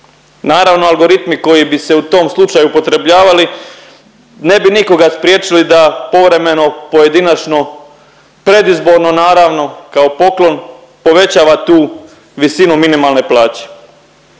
Naravno, algoritmi koji bi se u tom slučaju upotrebljavali ne bi nikoga spriječili da povremeno pojedinačno predizborno naravno kao poklon, povećava tu visinu minimalne plaće.